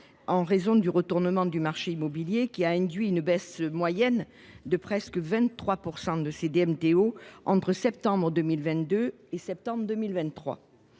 en raison du retournement du marché immobilier. On constate ainsi une baisse moyenne de près de 23 % de ces droits entre septembre 2022 et septembre 2023.